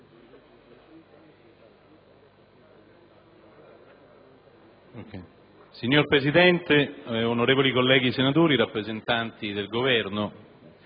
Signor Presidente, colleghi senatori, rappresentanti del Governo,